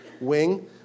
wing